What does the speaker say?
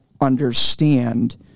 understand